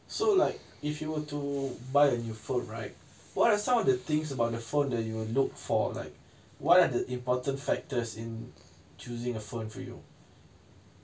so like if you were to buy a new phone right what are some of the things about the phone that you will look for like what are the important factors in choosing a phone for you